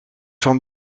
van